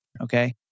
Okay